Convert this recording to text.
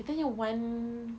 kita nya [one]